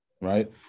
right